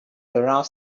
around